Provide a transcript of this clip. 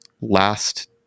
last